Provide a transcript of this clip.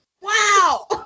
Wow